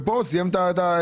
ופה הוא סיים את הכול,